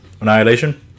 Annihilation